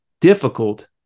difficult